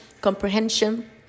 comprehension